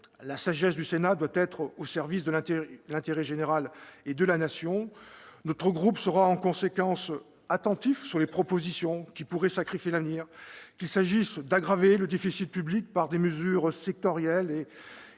la sagesse du Sénat doit être au service de l'intérêt général et de la Nation. Notre groupe sera, en conséquence, attentif sur les propositions qui pourraient sacrifier l'avenir, qu'il s'agisse d'aggraver le déficit public par des mesures sectorielles,